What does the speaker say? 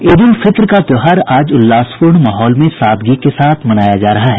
ईद उल फित्र का त्योहार आज उल्लासपूर्ण माहौल में सादगी के साथ मनाया जा रहा है